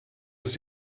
ist